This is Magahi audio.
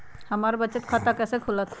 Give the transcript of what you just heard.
हमर बचत खाता कैसे खुलत?